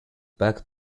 back